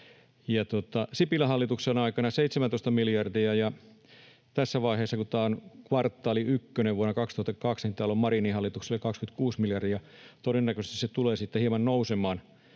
Sipilän hallituksen aikana 17 miljardia, ja tässä vaiheessa, kun tämä on kvartaali ykkönen vuonna 2022, täällä on Marinin hallituksella 26 miljardia. Todennäköisesti se tulee sitten hieman nousemaan.